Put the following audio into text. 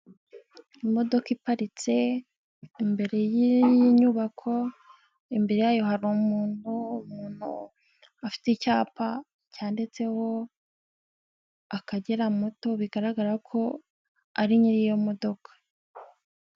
Imodoka iparitse imbere y'inyubako, imbere yayo hari umuntu, umuntu afite icyapa cyanditseho Akagera moo bigaragara ko ari nyiri iyo modoka.